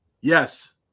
Yes